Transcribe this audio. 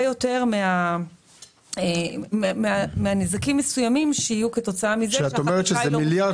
יותר מהנזקים המסוימים שיהיו כתוצאה מזה שהיא לא מושלמת.